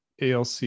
alc